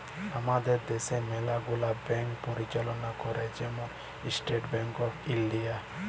আমাদের দ্যাশে ম্যালা গুলা ব্যাংক পরিচাললা ক্যরে, যেমল ইস্টেট ব্যাংক অফ ইলডিয়া